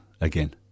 again